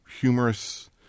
humorous